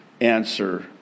answer